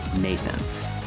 Nathan